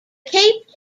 cape